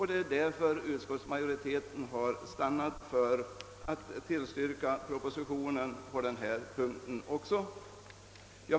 Det är därför utskottsmajoriteten har stannat för att tillstyrka propositionen även på denna punkt.